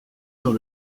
dans